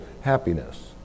happiness